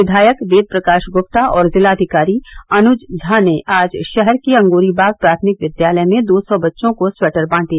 विधायक वेद प्रकाश गुप्ता और जिलाधिकारी अनुज झा ने आज नगर के अंगूरी बाग प्रथमिक विद्यालय में दो सौ बच्चों को स्वेटर बांटे